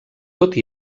tot